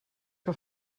que